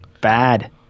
Bad